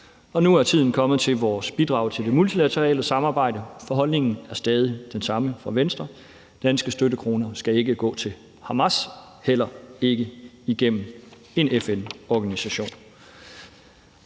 Nu er tiden kommet til vores bidrag til det multilaterale samarbejde. For holdningen er stadig den samme for Venstre: Danske støttekroner skal ikke gå til Hamas, heller ikke igennem en FN-organisation.